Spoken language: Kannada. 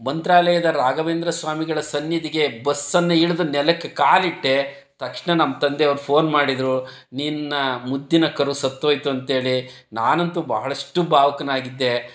ಮಂತ್ರಾಲಯದ ರಾಘವೇಂದ್ರ ಸ್ವಾಮಿಗಳ ಸನ್ನಿಧಿಗೆ ಬಸ್ಸನ್ನು ಇಳಿದು ನೆಲಕ್ಕೆ ಕಾಲಿಟ್ಟೆ ತಕ್ಷಣ ನಮ್ಮ ತಂದೆಯವ್ರು ಫೋನ್ ಮಾಡಿದರು ನಿನ್ನ ಮುದ್ದಿನ ಕರು ಸತ್ತೋಯಿತು ಅಂತೇಳಿ ನಾನಂತು ಬಹಳಷ್ಟು ಭಾವುಕನಾಗಿದ್ದೆ